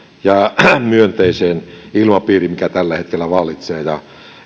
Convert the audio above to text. ja myönteiseen ilmapiiriin mikä tällä hetkellä vallitsee ja